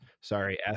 Sorry